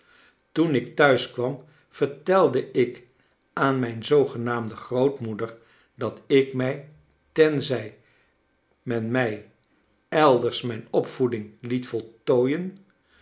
toen ik thuis kwam vertelde ik aan mijn zoogenaamde grootmoeder dat ik mij tenzij men mij elders mijn opvoeding het voltooien